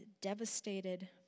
devastated